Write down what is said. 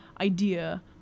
idea